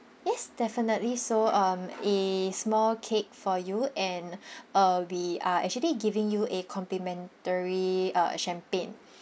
yes definitely so um a small cake for you and uh we are actually giving you a complimentary uh champagne